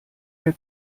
der